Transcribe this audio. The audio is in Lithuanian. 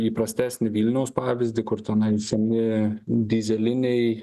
įprastesnį vilniaus pavyzdį kur tenai seni dyzeliniai